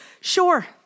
Sure